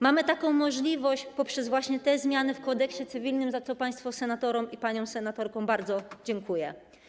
Mamy taką możliwość poprzez te zmiany w kodeksie cywilnym, za co państwu senatorom i paniom senatorkom bardzo dziękuję.